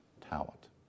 talent